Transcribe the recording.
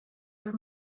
for